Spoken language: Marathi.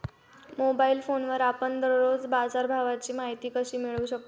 मोबाइल फोनवर आपण दररोज बाजारभावाची माहिती कशी मिळवू शकतो?